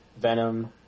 Venom